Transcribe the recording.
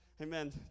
Amen